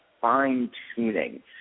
fine-tuning –